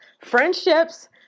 friendships